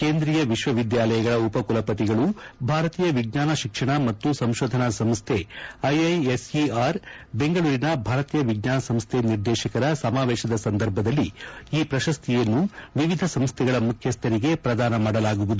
ಕೇಂದ್ರೀಯ ವಿಶ್ವವಿದ್ಯಾಲಯಗಳ ಉಪಕುಲಪತಿಗಳು ಭಾರತೀಯ ವಿಜ್ವಾನ ಶಿಕ್ಷಣ ಮತ್ತು ಸಂಶೋಧನಾ ಸಂಸ್ವೆ ಐಐಎಸ್ಇಆರ್ ಬೆಂಗಳೂರಿನ ಭಾರತೀಯ ವಿಜ್ಞಾನ ಸಂಸ್ಥೆ ನಿದೇರ್ಶಕರ ಸಮಾವೇಶದ ಸಂದರ್ಭದಲ್ಲಿ ಈ ಪ್ರಶಸ್ತಿಯನ್ನು ವಿವಿಧ ಸಂಸ್ಥೆಗಳ ಮುಖ್ಯಸ್ಥರಿಗೆ ಪ್ರದಾನ ಮಾಡಲಾಗುವುದು